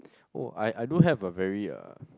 oh I I do have a very uh